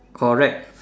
correct